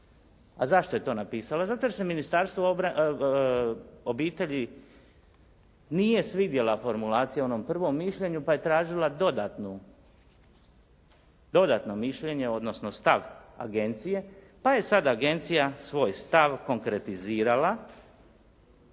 A zašto je to napisala? Zato jer se Ministarstvu obitelji nije svidjela formulacija u onom prvom mišljenju, pa je tražila dodatno mišljenje, odnosno stav agencije, pa je sad agencija svoj stav konkretizirala